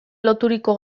loturiko